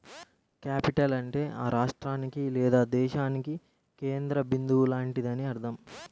capital అంటే ఆ రాష్ట్రానికి లేదా దేశానికి కేంద్ర బిందువు లాంటిదని అర్థం